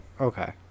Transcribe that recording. okay